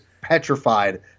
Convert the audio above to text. petrified